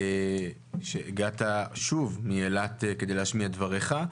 שהגעת שוב מאילת כדי להשמיע את דבריך.